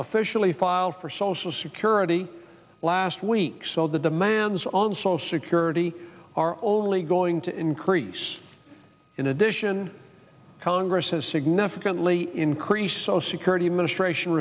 officially filed for social security last week so the demands on social security are only going to increase in addition congress has significantly increased so security administration